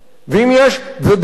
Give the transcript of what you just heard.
ובוודאי,